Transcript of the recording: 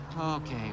Okay